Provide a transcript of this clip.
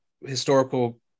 historical